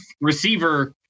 receiver